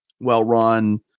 well-run